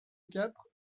quatre